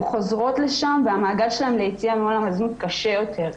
חוזרות לשם והמעגל של היצירה מעולם הזנות קשה יותר.